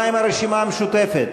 חנין זועבי,